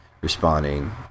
responding